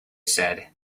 said